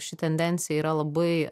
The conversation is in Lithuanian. ši tendencija yra labai